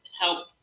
help